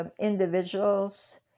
individuals